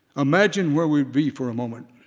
imagine where we'd be for a moment,